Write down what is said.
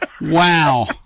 Wow